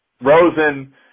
Rosen